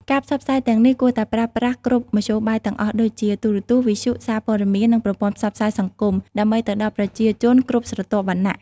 ការផ្សព្វផ្សាយទាំងនេះគួរតែប្រើប្រាស់គ្រប់មធ្យោបាយទាំងអស់ដូចជា ទូរទស្សន៍ វិទ្យុ សារព័ត៌មាន និងប្រព័ន្ធផ្សព្វផ្សាយសង្គម ដើម្បីទៅដល់ប្រជាជនគ្រប់ស្រទាប់វណ្ណៈ។